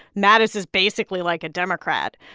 mattis is basically like a democrat,